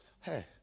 Hey